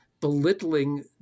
belittling